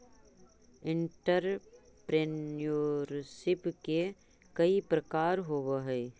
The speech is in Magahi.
एंटरप्रेन्योरशिप के कई प्रकार होवऽ हई